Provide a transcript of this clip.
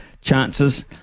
chances